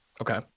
Okay